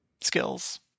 skills